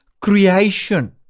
creation